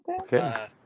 Okay